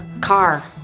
car